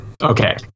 okay